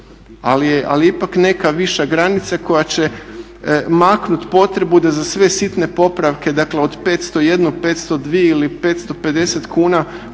ali je ipak neka viša granica koja će maknuti potrebu da za sve sitne popravke, dakle od 501, 502 ili 550 kuna